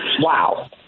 Wow